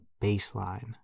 baseline